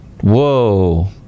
Whoa